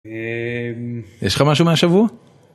יש לך משהו מהשבוע?